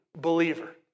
believer